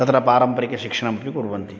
तत्र पारम्परिकशिक्षणमपि कुर्वन्ति